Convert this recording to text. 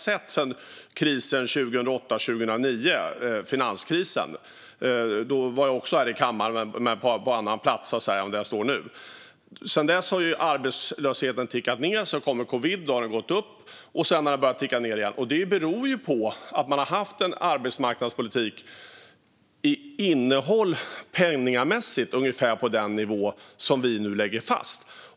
Sedan finanskrisen 2008-2009 har vi sett - då var jag också här i kammaren men på en annan plats än nu - att arbetslösheten först gått ned, sedan har den gått upp efter covid och därefter har den börjat ticka nedåt igen. Det beror på att man har haft en arbetsmarknadspolitik vars innehåll pengamässigt har legat ungefär på den nivå vi nu lägger fast.